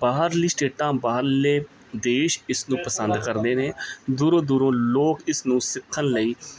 ਬਾਹਰਲੀ ਸਟੇਟਾਂ ਬਾਹਰਲੇ ਦੇਸ਼ ਇਸਨੂੰ ਪਸੰਦ ਕਰਦੇ ਨੇ ਦੂਰੋਂ ਦੂਰੋਂ ਲੋਕ ਇਸਨੂੰ ਸਿੱਖਣ ਲਈ